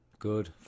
good